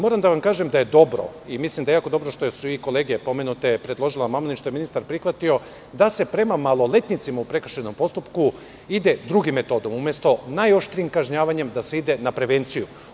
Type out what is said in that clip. Moram da vam kažem da je jako dobro što su i kolege pomenute predložile amandman i što je ministar prihvatio da se prema maloletnicima u prekršajnom postupku ide drugom metodom, umesto najoštrijim kažnjavanjem, da se ide na prevenciju.